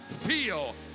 feel